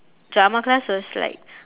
drama class was like